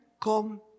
come